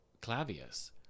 Clavius